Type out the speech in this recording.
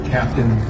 Captain